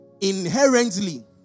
inherently